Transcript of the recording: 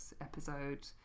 episode